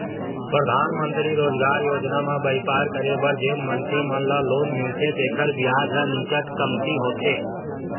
परधानमंतरी रोजगार योजना म बइपार करे बर जेन मनखे मन ल लोन मिलथे तेखर बियाज ह नीचट कमती होथे